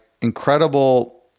incredible